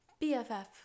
BFF